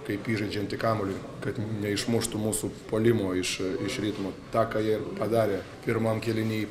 kaip įžaidžiantį kamuolį kad neišmuštų mūsų puolimo iš iš ritmo tą ką jie ir padarė pirmam kėliny